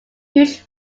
huge